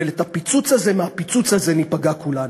אבל מהפיצוץ הזה ניפגע כולנו.